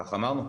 כך אמרנו.